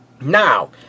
Now